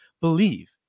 believe